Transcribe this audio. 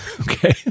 Okay